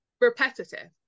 repetitive